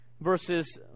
verses